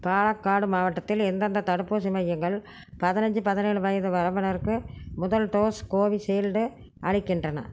பாலக்காடு மாவட்டத்தில் எந்தெந்த தடுப்பூசி மையங்கள் பதினஞ்சு பதினேழு வயது வரம்பினருக்கு முதல் டோஸ் கோவிஷீல்டு அளிக்கின்றன